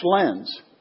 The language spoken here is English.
lens